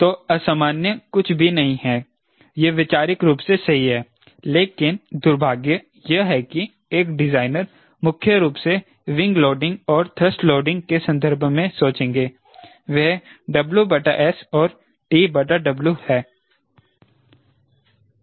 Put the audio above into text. तो असामान्य कुछ भी नहीं है यह वैचारिक रूप से सही है लेकिन दुर्भाग्य से एक डिजाइनर मुख्य रूप से विंग लोडिंग और थ्रस्ट लोडिंग के संदर्भ में सोचेंगे वह WS और TW है